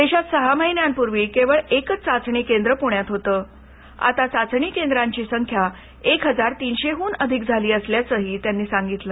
देशात सहा महिन्यांपूर्वी केवळ एकच चाचणी केंद्र पुण्यात होतं आता चाचणी केंद्रांची संख्या एक हजार तीनशे हुन अधिक झाली असल्याचंही त्यांनी सांगितलं